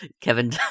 Kevin